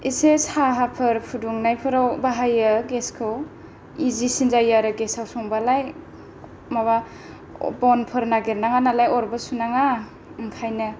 एसे साहाफोर फुदुंनायफोराव बाहायो गेसखौ इजिसिन जायो आरो गेसाव संबालाय माबा बनफोर नागेर नाङा नालाय अरफोर सुनाङा ओंखायनो